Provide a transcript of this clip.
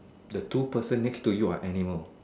the two person next to you are animal